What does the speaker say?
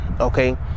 okay